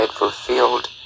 fulfilled